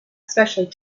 especially